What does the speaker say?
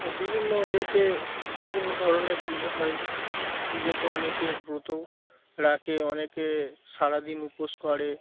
বিভিন্ন এতে বিভিন্ন ধরনের পূজা হয় পূজাতে অনেকে ব্রত রাখে অনেকে সারাদিন উপোস করে